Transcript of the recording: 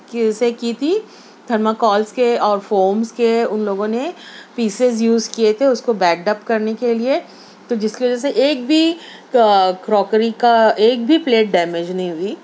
کہ اسے کی تھی تھرماکولس کے اور فومس کے ان لوگوں نے پیسز یوز کئے تھے اس کو بیک ڈپ کرنے کے لیے تو جس کی وجہ سے ایک بھی کروکری کا ایک بھی پلیٹ ڈیمج نہیں ہوئی